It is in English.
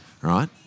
Right